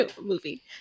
movie